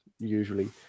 usually